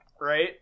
Right